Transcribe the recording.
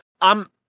I'm-